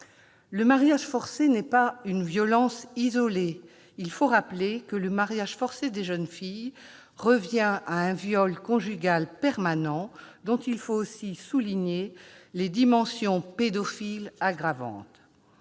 Le mariage forcé n'est pas une violence isolée. Il faut rappeler que le mariage forcé des jeunes filles revient à un viol conjugal permanent, dont il faut aussi souligner les dimensions pédophiles aggravantes.